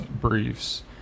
briefs